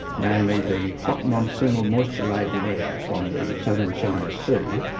namely, the hot monsoonal moisture-laden air from the southern china sea,